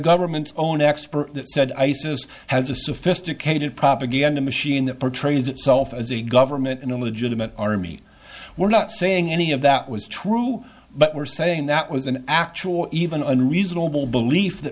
government's own experts said isis has a sophisticated propaganda machine that portrays itself as a government in a legitimate army we're not saying any of that was true but we're saying that was an actual even and reasonable belief that